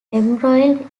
embroiled